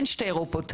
אין שתי אירופות,